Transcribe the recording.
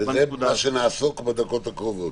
ובזה נעסוק בדקות הקרובות.